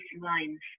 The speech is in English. lines